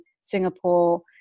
singapore